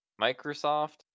Microsoft